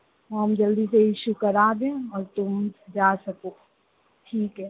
हम जल्दी से इशू करा दें और तुम जा सको ठीक है